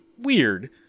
weird